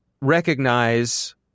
recognize